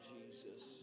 Jesus